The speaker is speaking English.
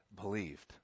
believed